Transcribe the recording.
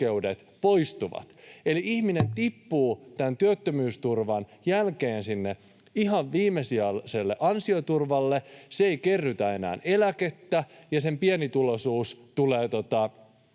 poistuvat. Eli ihminen tippuu tämän työttömyysturvan jälkeen sinne ihan viimesijaiselle ansioturvalle, se ei kerrytä enää eläkettä, ja pienituloisuus tulee